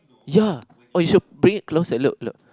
ya oh you should bring it closer look look